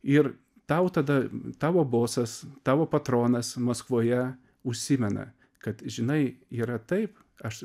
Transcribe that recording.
ir tau tada tavo bosas tavo patronas maskvoje užsimena kad žinai yra taip aš